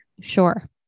Sure